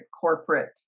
corporate